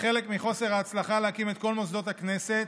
כחלק מחוסר ההצלחה להקים את כל מוסדות הכנסת,